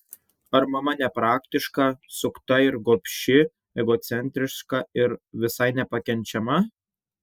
ar mama nepraktiška sukta ir gobši egocentriška ir visai nepakenčiama